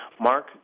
Mark